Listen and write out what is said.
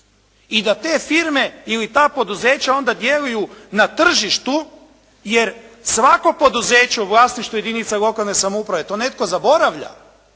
i da te firme ili ta poduzeća onda djeluju na tržištu, jer svako poduzeće u vlasništvu jedinica lokalne samouprave, to netko zaboravlja,